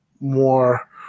more